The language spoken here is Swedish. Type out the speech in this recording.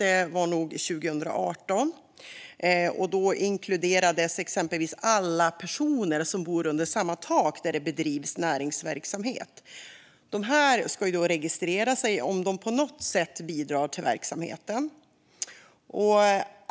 Senast var nog 2018, och då inkluderades exempelvis alla personer som bor under samma tak på ett ställe där det bedrivs näringsverksamhet. Dessa ska registrera sig om de på något sätt bidrar till verksamheten.